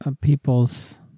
People's